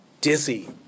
Dizzy